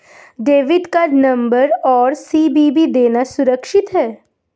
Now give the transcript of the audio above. Debit card number और CVV देना सुरक्षित है?